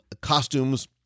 costumes